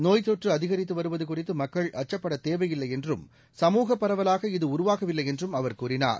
நோய்த்தொற்று அதிகரித்து வருவது குறித்து மக்கள் அச்சப்படத் தேவையில்லை என்றும் சமூக பரவலாக இது உருவாகவில்லை என்றும் அவர் கூறினார்